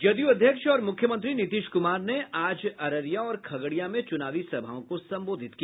जदयू अध्यक्ष और मुख्यमंत्री नीतीश कुमार ने आज अररिया और खगड़िया में चुनावी सभाओं को संबोधित किया